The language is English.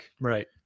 Right